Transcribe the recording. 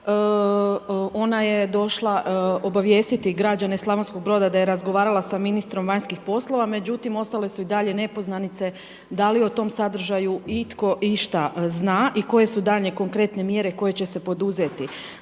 Ona je došla obavijestiti građane Slavonskog Broda da je razgovarala sa ministrom vanjskih poslova, međutim ostale su i dalje nepoznanice da li o tom sadržaju itko išta zna i koje su daljnje konkretne mjere koje će se poduzeti.